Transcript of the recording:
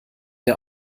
der